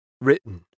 Written